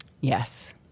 Yes